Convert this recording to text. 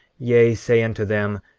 yea, say unto them,